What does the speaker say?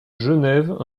genève